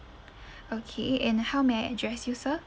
okay and how may I address you sir